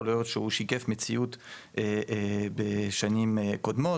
יכול להיות שהוא שיקף מציאות בשנים קודמות,